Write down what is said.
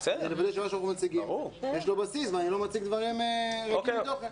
כדי לוודא שיש לו בסיס ואני לא מציג דברים ריקים מתוכן.